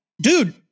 dude